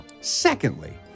secondly